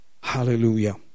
Hallelujah